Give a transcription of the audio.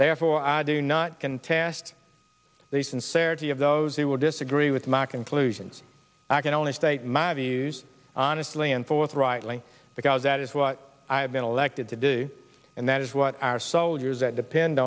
therefore i do not contest the sincerity of those who will disagree with mark inclusions i can only state my views honestly and forthrightly because that is what i have been elected to do and that is what our soldiers that depend